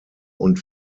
und